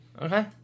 okay